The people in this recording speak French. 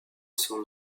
son